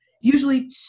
usually